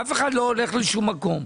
אף אחד לא הולך לשום מקום.